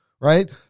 right